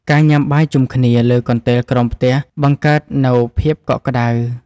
ការញ៉ាំបាយជុំគ្នាលើកន្ទេលក្រោមផ្ទះ បង្កើតនូវភាពកក់ក្តៅ។